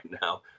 now